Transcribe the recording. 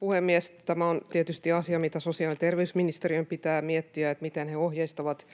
puhemies! Tämä on tietysti asia, mitä sosiaali- ja terveysministeriön pitää miettiä, miten he ohjeistavat